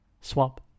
Swap